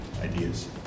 ideas